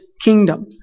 kingdom